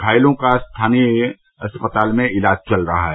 घायलों का स्थानीय अस्पताल में इलाज चल रहा है